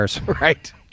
Right